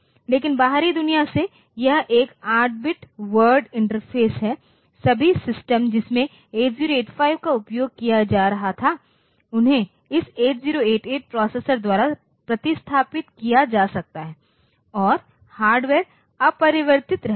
लेकिन बाहरी दुनिया से यह एक 8 बिट वर्ड इंटरफ़ेस है सभी सिस्टम जिसमें 8085 का उपयोग किया जा रहा था उन्हें इस 8088 प्रोसेसर द्वारा प्रतिस्थापित किया जा सकता है और हार्डवेयर अपरिवर्तित रहता है